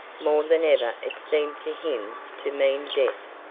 more than ever it seemed to him to mean death,